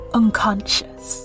unconscious